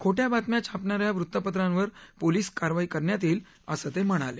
खोट्या बातम्या छापणा या वृत्तपत्रांवर पोलीस कारवाई करण्यात येईल असं ते म्हणाले